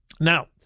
Now